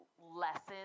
lessons